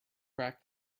crack